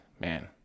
man